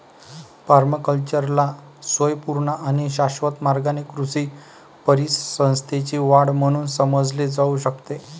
पर्माकल्चरला स्वयंपूर्ण आणि शाश्वत मार्गाने कृषी परिसंस्थेची वाढ म्हणून समजले जाऊ शकते